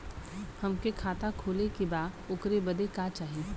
हमके खाता खोले के बा ओकरे बादे का चाही?